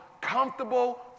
comfortable